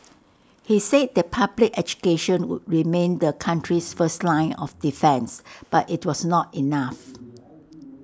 he said that public education would remain the country's first line of defence but IT was not enough